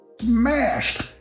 smashed